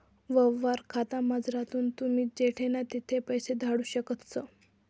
यवहार खातामझारथून तुमी जडे नै तठे पैसा धाडू शकतस